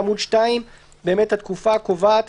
בעמוד 2 - התקופה הקובעת,